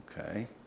Okay